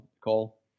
call